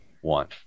one